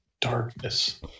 darkness